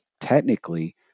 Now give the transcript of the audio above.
technically